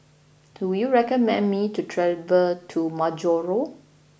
do you recommend me to travel to Majuro